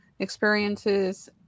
experiences